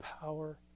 power